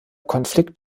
konflikt